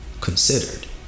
Considered